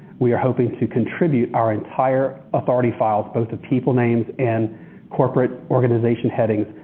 we are hoping to contribute our entire authority files, both of people names and corporate organization headings,